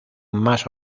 más